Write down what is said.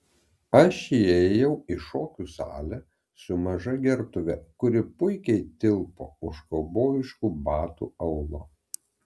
aš įėjau į šokių salę su maža gertuve kuri puikiai tilpo už kaubojiškų batų aulo